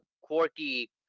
quirky